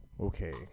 Okay